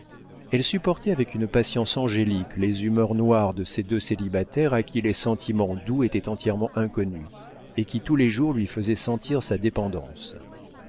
elle supportait avec une patience angélique les humeurs noires de ces deux célibataires à qui les sentiments doux étaient entièrement inconnus et qui tous les jours lui faisaient sentir sa dépendance